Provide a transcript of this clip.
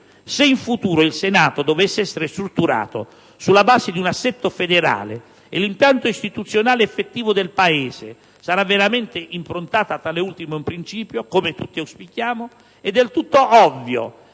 se in futuro il Senato dovesse essere strutturato sulla base di un assetto federale e l'impianto istituzionale effettivo del Paese sarà veramente improntato a tale ultimo principio, come tutti auspichiamo, è del tutto ovvio